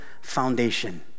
foundation